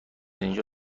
اینجا